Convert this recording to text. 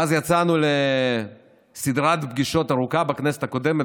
ואז יצאנו לסדרת פגישות ארוכה בכנסת הקודמת,